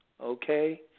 Okay